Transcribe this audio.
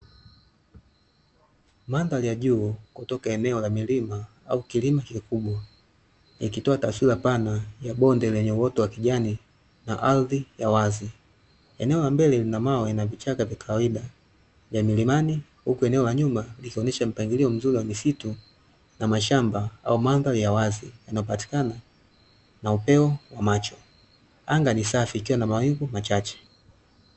Mandhari ya juu kutoka eneo la milima au kilima kikubwa, ikitoa taswira pana ya bonde lenye uoto wa kijani na ardhi ya wazi, eneo la mbele lina mawe na vichaka vya kawaida vya milimani, huku eneo la nyuma likionesha mpangilio mzuri wa misitu na mashamba au mandhari ya wazi inayopatikana na upeo wa macho. Anga ni safi likiwa na mawingu machache.